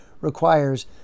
requires